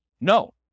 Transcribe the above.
No